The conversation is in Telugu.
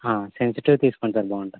సెన్సిటివ్ తీసుకొండి సార్ బాగుంటుంది